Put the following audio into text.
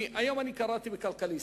כי היום אני קראתי ב"כלכליסט"